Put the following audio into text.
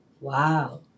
wow